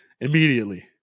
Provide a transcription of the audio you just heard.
immediately